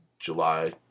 July